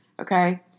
Okay